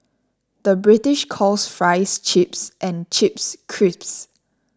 the British calls Fries Chips and Chips Crisps